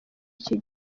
iki